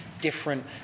different